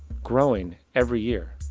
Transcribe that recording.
growing every year.